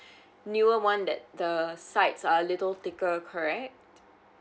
newer one that the sides are little thicker correct